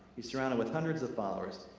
he's surrounded with hundreds of followers.